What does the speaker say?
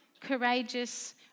courageous